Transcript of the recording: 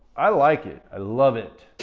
i like it. i love it.